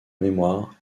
mémoire